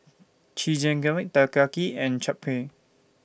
Chigenabe Takoyaki and Japchae